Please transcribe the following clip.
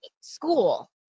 school